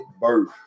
birth